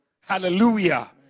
Hallelujah